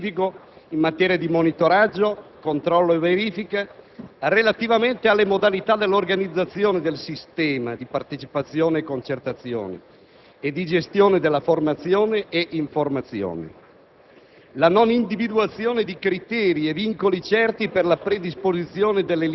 la mancanza di chiarezza sulle attribuzioni alle Regioni, e nello specifico in materia di monitoraggio, controllo e verifica, relativamente alle modalità dell'organizzazione del sistema di partecipazione e concertazione e gestione della formazione e informazione;